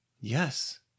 Yes